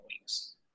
weeks